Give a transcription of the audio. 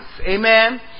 Amen